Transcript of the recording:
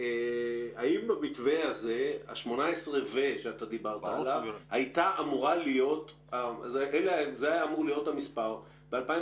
18 ו- שדיברת עליו זה היה אמור להיות המספר ב-2019?